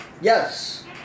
Yes